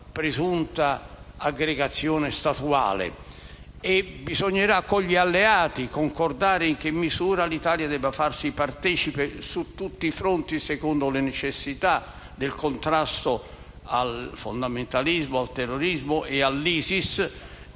presunta aggregazione statuale. Bisognerà concordare con gli alleati in che misura l'Italia debba farsi partecipe su tutti i fronti secondo le necessità del contrasto al fondamentalismo, al terrorismo e all'ISIS